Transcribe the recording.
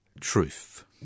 Truth